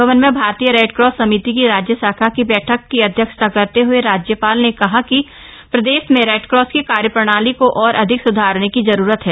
राजभवन में भारतीय रेडक्रॉस समिति की राज्य शाखा की बैठक की अध्यक्षता करते हए राज्यपाल ने कहा कि प्रदेश में रेडक्रॉस की कार्यप्रणाली को और अधिक सुधारने की जरूरत है